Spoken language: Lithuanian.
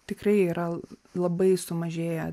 tikrai yra labai sumažėję